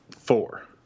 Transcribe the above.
Four